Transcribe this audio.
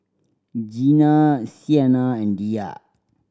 Gina Siena and Diya